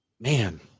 man